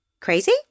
Crazy